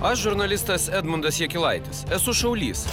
aš žurnalistas edmundas jakilaitis esu šaulys